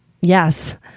Yes